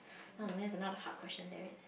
oh man it's another hard question damn it